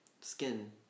skin